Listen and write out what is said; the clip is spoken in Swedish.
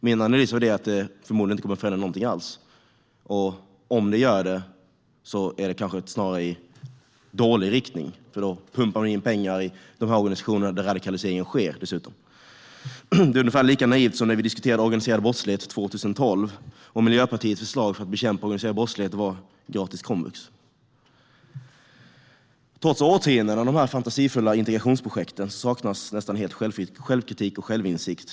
Min analys är att det förmodligen inte kommer att förändra någonting alls. Och om det gör det är det kanske snarare i dålig riktning, för då pumpar de dessutom in pengar i de organisationer där radikaliseringen sker. Det är ungefär lika naivt som när vi diskuterade organiserad brottslighet 2012. Miljöpartiets förslag för att bekämpa organiserad brottslighet var gratis komvux. Trots årtionden av de här fantasifulla integrationsprojekten saknas det nästan helt självkritik och självinsikt.